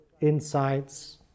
insights